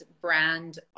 brand